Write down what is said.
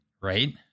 Right